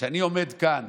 שאני עומד כאן